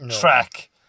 track